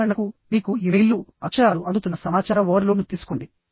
ఉదాహరణకు మీకు ఇమెయిల్లు అక్షరాలు అందుతున్న సమాచార ఓవర్లోడ్ను తీసుకోండి